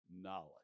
knowledge